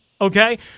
Okay